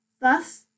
Thus